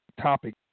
topic